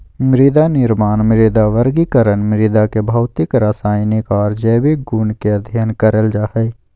मृदानिर्माण, मृदा वर्गीकरण, मृदा के भौतिक, रसायनिक आर जैविक गुण के अध्ययन करल जा हई